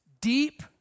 deep